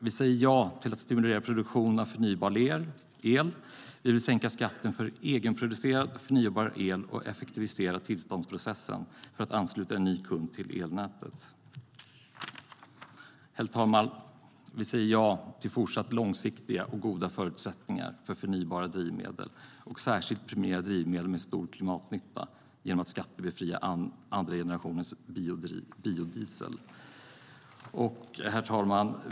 Vi säger ja till att stimulera produktion av förnybar el, och vi vill sänka skatten för egenproducerad förnybar el och effektivisera tillståndsprocessen för att ansluta en ny kund till elnätet. Herr talman! Vi säger ja till fortsatt långsiktiga och goda förutsättningar för förnybara drivmedel och vill särskilt premiera drivmedel med stor klimatnytta genom att skattebefria andra generationens biodiesel. Herr talman!